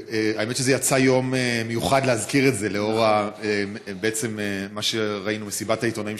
האמת שזה יצא יום מיוחד להזכיר את זה לאור מסיבת העיתונאים